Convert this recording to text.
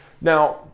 Now